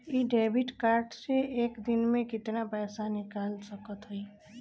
इ debit card से एक दिन मे कितना पैसा निकाल सकत हई?